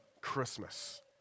Christmas